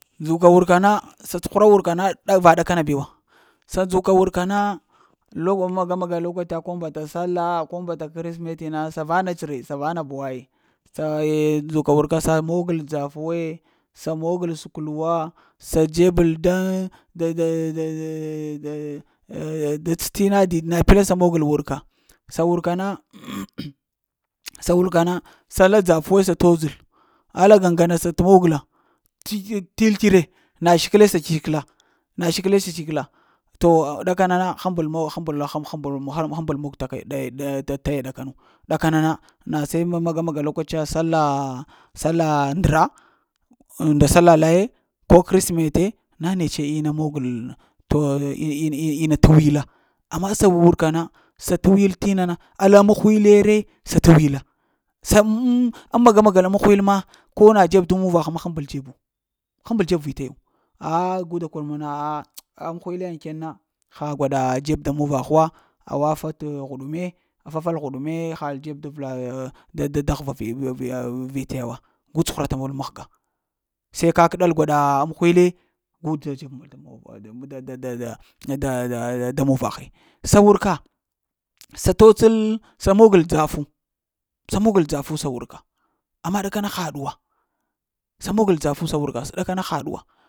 Ndzuka wurka na sa cuhura wurka na ɗa va ɗakana bewa sa ndzuka wureka na lawa maga-maga lokata ko mbata sallah ko mbata krismeti na sa vanats re, sa vana bu ai sa ndzuka wurka sa mogəl dzafu we, sa mogal səkw luwa sa dzebəl daŋ, da da eh da tsə t'ina did na pla sa wurka, sa wurka na sa wurka na sa la dzafu we sa t'dzəl, alla gaŋga na sa t'mogəl tikə til tere səkəl sa t' səkəla na səkəl sa t'səkəla to ɗakana na həmbəl-həmbəl-həmhəmbal həmbəl mog taya təh taya ɗaka nu. Da kana na na se maga magal lokaciya salah, sallah a ndra ŋ nda sallah laaye, ko krismete na netse ina moyel eh to in-in-in na t'wiyi laa. Amma sa wurka na sa t'wiyel tina na alli maghwil re sa t'wiyəlo sa pm mamagr magal maghwil ma, ko na dzeb da muvagh ma həmbəl dzebu, həmbəl dzəb vitagu? A gu da kor mol na a a maghwile ŋ ten na ha gwaɗa dzeb da muvagh wa, awa fa t'huɗume, fafal huɗu me ha dzeb da vla da da vitaga wa, ga tsuhura ta mol mahga, se kakə ɗal gwaɗa maghwile, gu da dzeb mol gu da dzeb mol da muvaghe sa wurka sa t'tsel sa mogəl dzafu, sa mogəl dzafu sa wurka, amma ɗakana haɗuwa, sa mogəl dzafu sa wurka amma ɗaka na haɗu wa.